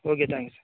okay thank you sir